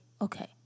Okay